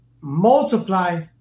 multiply